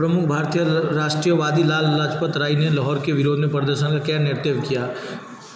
प्रमुख भारतीय राष्ट्रीयवादी लाला लाजपत राय ने लाहौर के विरोध प्रदर्शन का नेतृव किया